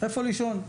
איפה לישון,